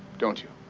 don't you?